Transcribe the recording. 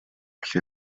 felly